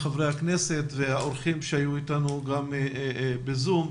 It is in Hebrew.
לחברי הכנסת ולאורחים שהיו אתנו גם כאן וגם ב-זום.